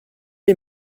les